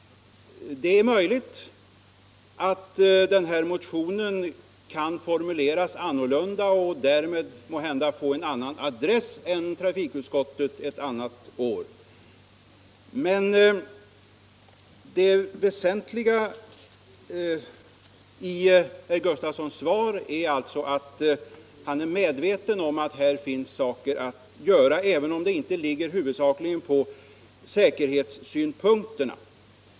Det är möjligt att motionen ett annat år kan formuleras annorlunda så att den går till en annan adress än trafikutskottet. Det väsentliga i herr Sven Gustafsons i Göteborg svar är emellertid att han är medveten om att här finns mycket att göra även om det inte huvudsakligen gäller säkerhetssynpunkterna.